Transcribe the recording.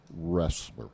wrestler